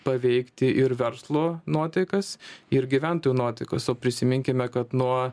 paveikti ir verslo nuotaikas ir gyventojų nuotaikas o prisiminkime kad nuo